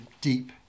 deep